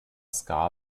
ska